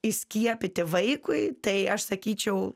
įskiepyti vaikui tai aš sakyčiau